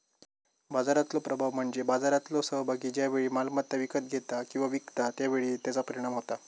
बाजारातलो प्रभाव म्हणजे बाजारातलो सहभागी ज्या वेळी मालमत्ता विकत घेता किंवा विकता त्या वेळी त्याचा परिणाम होता